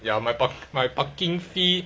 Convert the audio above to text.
ya my par~ my parking fee